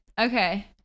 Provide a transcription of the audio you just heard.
Okay